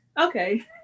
okay